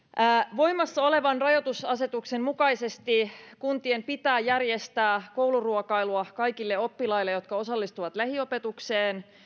voimassa olevan rajoitusasetuksen mukaisesti kuntien pitää järjestää kouluruokailua kaikille oppilaille jotka osallistuvat lähiopetukseen